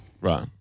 Right